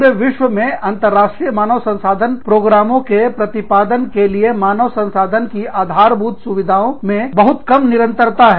पूरे विश्व में अंतरराष्ट्रीय मानव संसाधन प्रोग्रामों के प्रतिपादन के लिए मानव संसाधन की आधार भूत सुविधाओं में बहुत काम निरंतरता है